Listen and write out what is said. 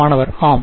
மாணவர் ஆம்